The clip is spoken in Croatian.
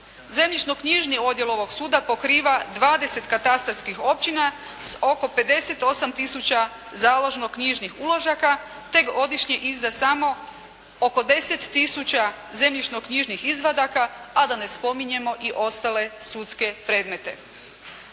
Zemljišno-knjižni odjel ovog suda pokriva 20 katastarskih općina s oko 58 tisuća žalozno knjižnih uložaka, te godišnji izrast oko 10 tisuća zemljišno-knjižnih izvadaka, a da ne spominjemo i ostale sudske predmete.